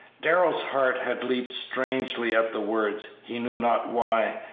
darrell's heart had leaped strangely at the words, he knew not why,